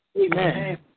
Amen